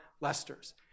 Lester's